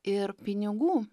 ir pinigų